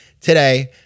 today